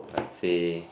I'd say